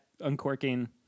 uncorking